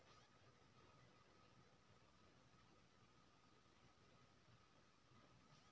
बाप रौ बाप ओ त पैंच पर पैंच लकए उत्तोलन ऋण बेसी कए लेलक